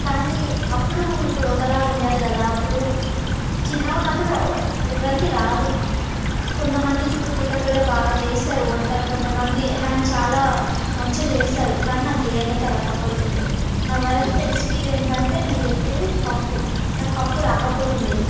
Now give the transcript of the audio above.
కానీ అప్పుడు ఇప్పుడు ఒకలా ఉండదు కదా అప్పుడు చిన్నగా ఉన్నపుడు ఎవ్వరికి రాదు కొంతమంది పుట్టుకతోనే బాగా చేస్తారు వంటలు కొంతమంది హ్యాండ్ చాలా మంచిగా చేస్తారు కానీ నాకు చేయడానికి రాకపోతుండేది నా వరస్ట్ ఎక్స్పీరియన్స్ అంటే నేను చెప్పేది పప్పు నాకు పప్పు రాకపోతుండేది